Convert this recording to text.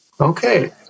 Okay